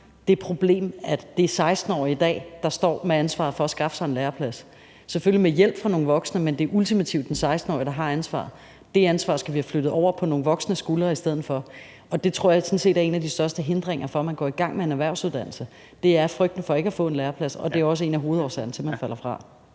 det problem, at det er 16-årige, der i dag står med ansvaret for at skaffe sig en læreplads. Selvfølgelig er det med hjælp fra nogle voksne, men det er ultimativt den 16-årige, der har ansvaret. Det ansvar skal vi have flyttet over på nogle voksne skuldre i stedet for, og det tror jeg sådan set er en af de største hindringer for, at man går i gang med en erhvervsuddannelse, altså frygten for ikke at få en læreplads, og det er jo også en af hovedårsagerne til, at man falder fra.